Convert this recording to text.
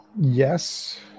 Yes